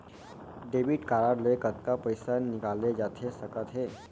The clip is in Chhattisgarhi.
डेबिट कारड ले कतका पइसा निकाले जाथे सकत हे?